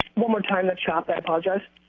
more time, that's chopped i apologize.